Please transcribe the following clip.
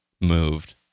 moved